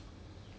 !haiya!